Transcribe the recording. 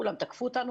כולם תקפו אותנו.